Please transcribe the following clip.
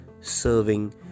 serving